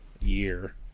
year